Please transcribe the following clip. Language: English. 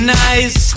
nice